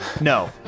No